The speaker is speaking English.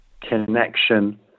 connection